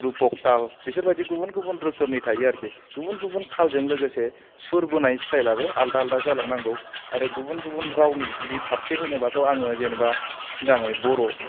रुपक थाल बेसोर बायदि गुबुन गुबुन रोखोमनि थायो आरोखि गुबुन गुबुन थालजों लोगोसे सुर बोनाय सिथाइलाबो आलदा आलदा जालां नांगौ आरो गुबुन गुबुन रावनि जुदि फारसे होनोबाथ' आङो जेनावबा सिगाङै बर'